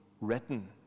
written